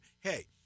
Hey